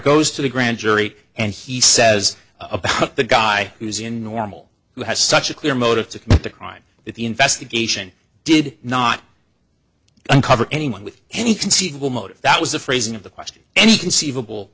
goes to the grand jury and he says about the guy who's in normal who has such a clear motive to commit the crime that the investigation did not uncover anyone with any conceivable motive that was the phrasing of the question any conceivable